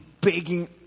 begging